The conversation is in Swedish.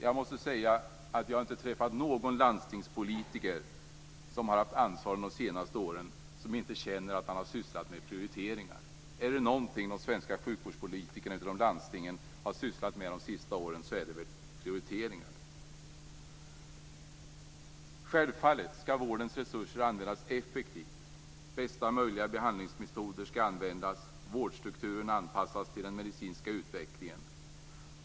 Jag har inte träffat någon landstingspolitiker som har haft ansvaret de senaste åren som inte känner att han har sysslat med prioriteringar. Är det något som de svenska sjukvårdspolitikerna i landstingen har sysslat med de senaste åren så är det väl prioriteringar. Självfallet skall resurserna till vården användas effektivt. Bästa möjliga behandlingsmetoder skall användas och vårdstrukturen anpassas till den medicinska utvecklingen.